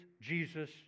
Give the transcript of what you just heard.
Jesus